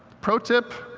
pro tip,